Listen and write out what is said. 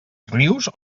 rius